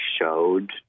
showed